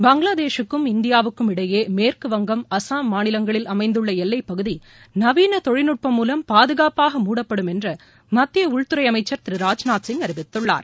பங்களாதேஷுக்கும் இந்தியாவுக்கும் இடையே மேற்குவங்கம் அசாம் மாநிலங்களில் அமைந்துள்ள எல்லைப்பகுதி நவீன தொழில்நுட்டம் மூலம் பாதுகாப்பாக மூடப்படும் என்று மத்திய உள்துறை அமைச்சள் திரு ராஜ்நாத் சிங் அறிவித்துள்ளார்